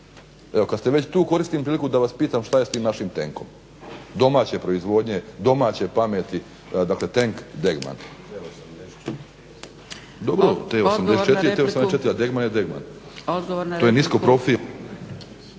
Evo kad ste već tu koristim priliku da vas pitam šta je s tim našim tenkom, domaće proizvodnje, domaće pameti, dakle tenk Degman. **Zgrebec, Dragica (SDP)** Odgovor na repliku,